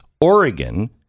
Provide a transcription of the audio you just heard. Oregon